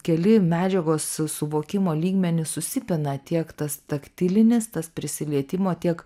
keli medžiagos suvokimo lygmenys susipina tiek tas taktilinis tas prisilietimo tiek